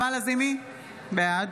בעד